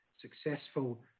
successful